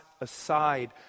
aside